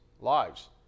lives